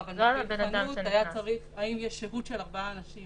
העבירה הייתה על ארבעה אנשים